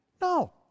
No